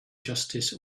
justice